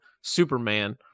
Superman